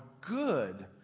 good